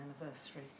anniversary